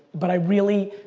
but i really,